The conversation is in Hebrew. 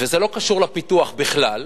וזה לא קשור לפיתוח בכלל,